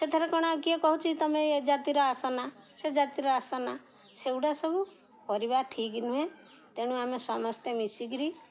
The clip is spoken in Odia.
ସେଥେରେ କ'ଣ କିଏ କହୁଛି ତୁମେ ଏ ଜାତିର ଆସ ନା ସେ ଜାତିର ଆସ ନା ସେଗୁଡ଼ା ସବୁ କରିବା ଠିକ୍ ନୁହେଁ ତେଣୁ ଆମେ ସମସ୍ତେ ମିଶିକିରି